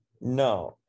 No